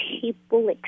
people